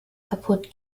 kaputt